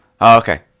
okay